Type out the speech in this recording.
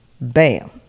Bam